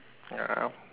ya I am